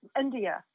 India